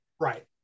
right